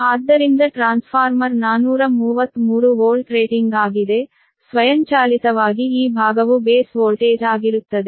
ಆದ್ದರಿಂದ transformer 433 volt rating ಆಗಿದೆ ಸ್ವಯಂಚಾಲಿತವಾಗಿ ಈ ಭಾಗವು ಬೇಸ್ ವೋಲ್ಟೇಜ್ ಆಗಿರುತ್ತದೆ